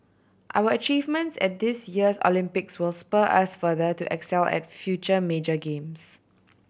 our achievements at this year's Olympics will spur us further to excel at future major games